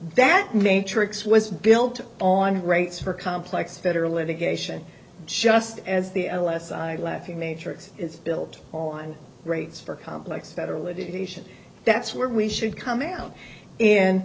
that matrix was built on rates for complex federal litigation just as the l s i laughing matrix is built on rates for complex federal education that's where we should come out and